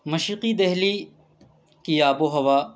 مشرقی دہلی کی آب و ہوا